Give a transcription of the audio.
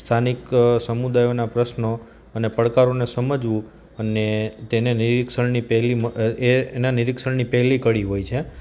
સ્થાનિક સમુદાયોના પ્રશ્નો અને પડકારોને સમજવું અને તેને નિરીક્ષણની પહેલી એ એનાં નિરીક્ષણની પહેલી કડી હોય છે